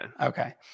Okay